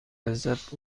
لذت